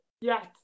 yes